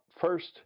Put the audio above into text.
First